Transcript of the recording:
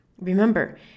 Remember